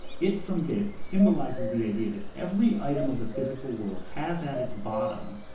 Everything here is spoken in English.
it from bit, symbolizes the idea that every item of the physical world has at its bottom,